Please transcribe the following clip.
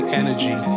energy